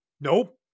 Nope